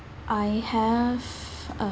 I have uh